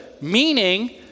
meaning